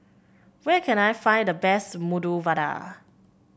where can I find the best Medu Vada